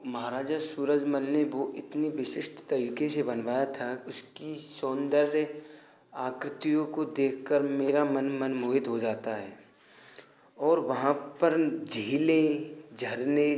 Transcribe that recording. महाराजा सूरजमल ने वह इतनी विशिष्ट तरीके से बनवाया था उसकी सौन्दर्य आकृतियों को देखकर मेरा मन मनमोहित हो जाता है और वहाँ पर झीलें झड़ने